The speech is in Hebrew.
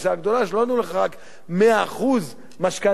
שם נתנו לך לא רק 100% משכנתה על הדירה,